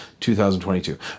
2022